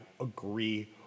agree